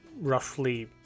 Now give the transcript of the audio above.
roughly